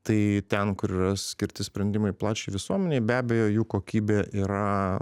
tai ten kur yra skirti sprendimai plačiai visuomenei be abejo jų kokybė yra